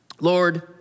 Lord